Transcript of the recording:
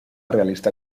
realista